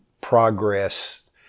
progress